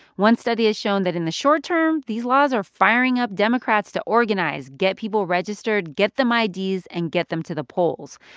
one study has shown that in the short term, these laws are firing up democrats to organize, get people registered, get them ids and get them to the polls.